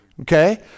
okay